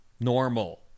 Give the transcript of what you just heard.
normal